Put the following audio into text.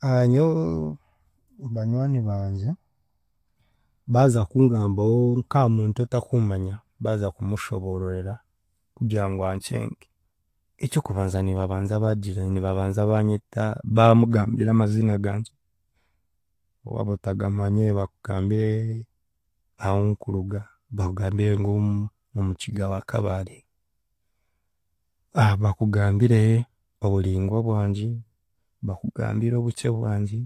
nyowe banywani bangye baaza kungambaho nka muntu otakuumanya, baaza kumushoboororera kugira ngu ankyenge, eky’okubanza nibabanza baagira nibabanza baanyeta, baamugambira amaziina gangye, waaba otagamanyire bakugambire ahunkuruga, baakugambire ngu omukiga wa Kabale, bakugambire oburingwa bwangye, bakugambire obukye bwangye,